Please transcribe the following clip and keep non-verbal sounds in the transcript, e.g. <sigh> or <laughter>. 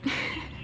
<laughs>